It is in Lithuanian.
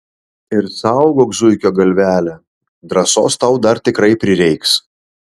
ir saugok zuikio galvelę drąsos tau dar tikrai prireiks